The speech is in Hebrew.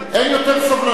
אין יותר סובלנות.